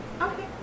Okay